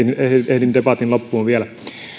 ehdin debatin loppuun vielä